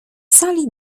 sali